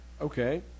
Okay